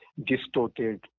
distorted